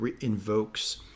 invokes